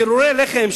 פירורי לחם,